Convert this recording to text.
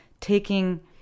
taking